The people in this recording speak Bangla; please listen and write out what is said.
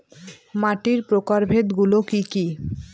মাটির প্রকারভেদ গুলো কি কী?